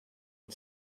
and